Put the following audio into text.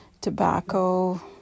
tobacco